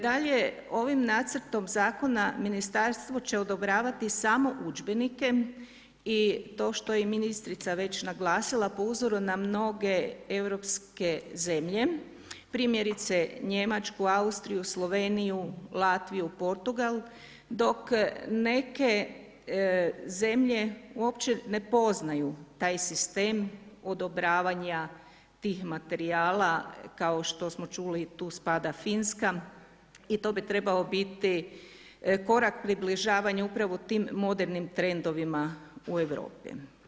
Dalje, ovim nacrtom zakona ministarstvo će odobravati samo udžbenike i to što je ministrica već naglasila po uzoru na mnoge europske zemlje, primjerice Njemačku, Austriju, Sloveniju, Latviju, Portugal, dok neke zemlje uopće ne poznaju taj sistem odobravanja tih materijala kao što smo čuli, tu spada Finska i to bi trebalo biti korak približavanju upravo tim modernim trendovima u Europi.